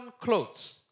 clothes